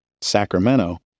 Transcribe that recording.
Sacramento